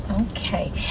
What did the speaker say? Okay